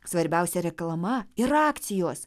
svarbiausia reklama ir akcijos